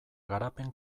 garapen